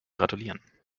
gratulieren